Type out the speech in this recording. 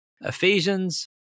ephesians